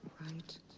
Right